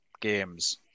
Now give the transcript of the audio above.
games